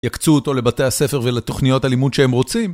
יקצו אותו לבתי הספר ולתוכניות הלימוד שהם רוצים,